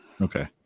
Okay